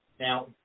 Now